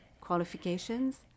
qualifications